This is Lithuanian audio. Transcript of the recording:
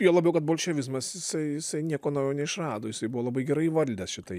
juo labiau kad bolševizmas jisai jisai nieko naujo neišrado jisai buvo labai gerai įvaldęs šitai